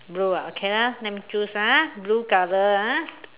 blue ah okay lah let me choose ah blue colour ah